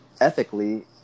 ethically